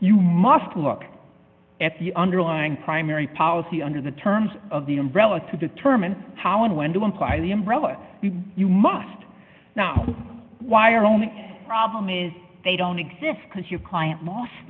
you must look at the underlying primary policy under the terms of the umbrella to determine how and when to apply the umbrella you must now wire only problem is they don't exist because your client mos